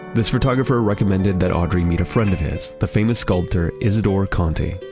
this photographer recommended that audrey meet a friend of his, the famous sculptor isidore konti.